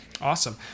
Awesome